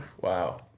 Wow